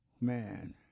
Man